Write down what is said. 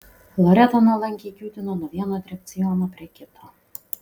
loreta nuolankiai kiūtino nuo vieno atrakciono prie kito